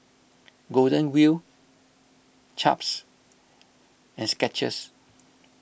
Golden Wheel Chaps and Skechers